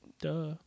Duh